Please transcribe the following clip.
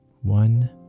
One